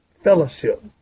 fellowship